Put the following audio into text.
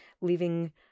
leaving